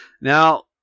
Now